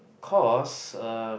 cause uh